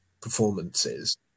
performances